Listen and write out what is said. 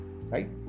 right